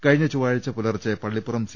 കഴിഞ്ഞ ചൊവ്വാഴ്ച പുലർച്ചെ പള്ളി പ്പുറം സി